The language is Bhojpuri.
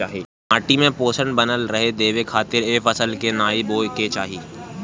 माटी में पोषण बनल रहे देवे खातिर ए फसल के नाइ बोए के चाही